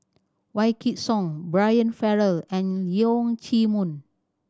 Wykidd Song Brian Farrell and Leong Chee Mun